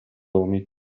gomito